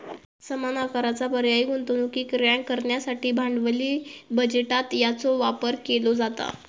समान आकाराचा पर्यायी गुंतवणुकीक रँक करण्यासाठी भांडवली बजेटात याचो वापर केलो जाता